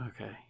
Okay